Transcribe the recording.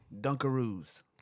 Dunkaroos